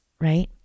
right